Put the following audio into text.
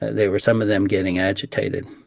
they were some of them getting agitated.